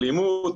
אלימות.